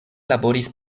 laboris